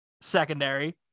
secondary